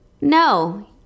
no